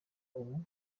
ubu